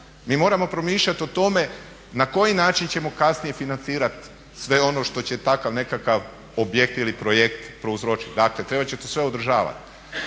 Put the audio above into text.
mi moramo promišljat o tome na koji način ćemo kasnije financirat sve ono što će takav nekakav objekt ili projekt prouzročiti. Dakle, trebat će to sve održavati.